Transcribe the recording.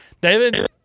David